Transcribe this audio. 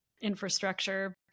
infrastructure